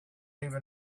even